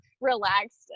relaxed